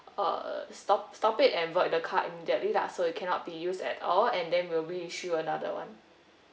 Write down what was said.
uh stop stop it and void the card immediately lah so it cannot be used at all and then we'll reissue another one